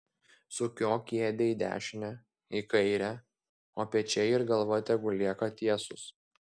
sukiok kėdę į dešinę į kairę o pečiai ir galva tegul lieka tiesūs